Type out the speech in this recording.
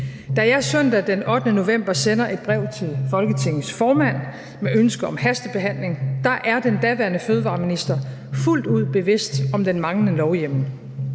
Da jeg søndag den 8. november sender et brev til Folketingets formand med ønske om hastebehandling, er den daværende fødevareminister fuldt ud bevidst om den manglende lovhjemmel.